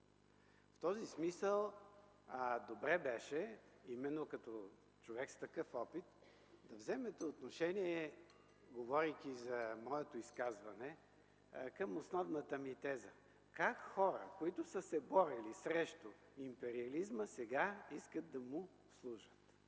В този смисъл добре беше именно като човек с такъв опит да вземете отношение, говорейки за моето изказване, към основната ми теза: как хора, които са се борили срещу империализма, сега искат да му служат?